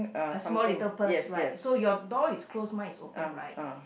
a small little purse right so your door is closed mine is open right